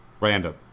Random